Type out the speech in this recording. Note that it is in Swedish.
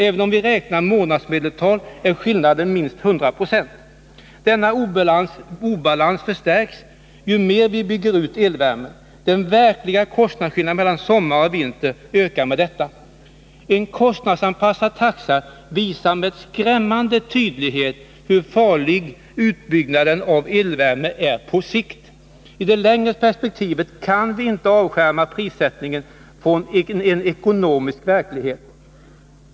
Även om vi räknar månadsmedeltal är skillnaden minst 100 26. Denna obalans förstärks ju mer vi bygger ut elvärmen. Den verkliga kostnadsskillnaden mellan sommar och vinter ökar med detta. En kostnadsanpassad eltaxa visar med skrämmande tydlighet hur farlig utbyggnaden av elvärmen är på sikt. I det längre perspektivet kan vi inte avskärma prissättningen från en ekonomisk verklighet.